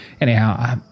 Anyhow